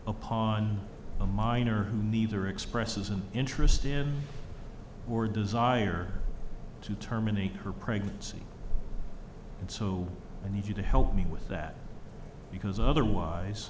upon a minor who neither expresses an interest in or desire to terminate her pregnancy and so and if you to help me with that because otherwise